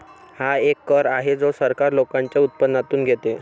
हा एक कर आहे जो सरकार लोकांच्या उत्पन्नातून घेते